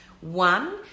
One